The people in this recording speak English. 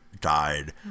died